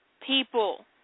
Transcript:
people